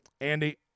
Andy